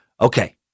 Okay